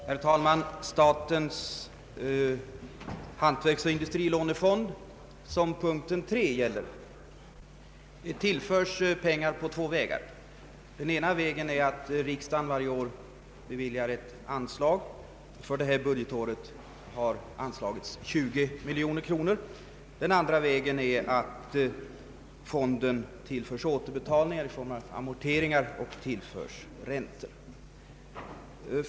Herr talman! Statens hantverksoch industrilånefond, som punkten 3 gäller, samt = företagarföreningarna = tillföres pengar på två vägar. Den ena vägen är att riksdagen varje år beviljar anslag. För detta budgetår har anslagits 20 miljoner kronor. Den andra vägen är tillförseln av medel i form av räntor och amorteringar för tidigare beviljade lån.